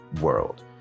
world